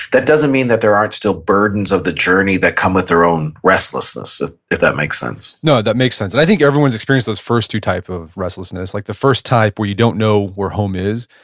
that doesn't mean that there aren't still burdens of the journey that come with our own restlessness, if that that make sense no. that makes sense. and i think everyone's experienced those first two type of restlessness. like the first type where you don't know where home is.